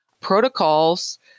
protocols